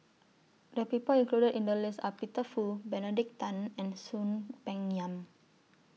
The People included in The list Are Peter Fu Benedict Tan and Soon Peng Yam